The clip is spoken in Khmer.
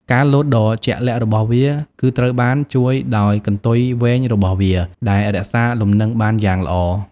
ការលោតដ៏ជាក់លាក់របស់វា គឺត្រូវបានជួយដោយកន្ទុយវែងរបស់វា ដែលរក្សាលំនឹងបានយ៉ាងល្អ។